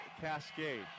Cascade